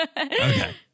Okay